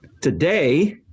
Today